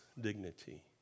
dignity